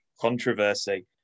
controversy